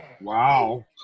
wow